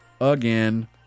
again